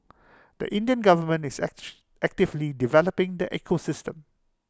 the Indian government is actual actively developing the ecosystem